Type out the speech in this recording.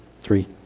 three